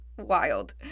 wild